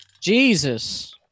Jesus